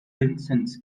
vinzenz